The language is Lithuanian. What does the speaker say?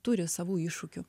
turi savų iššūkių